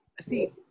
See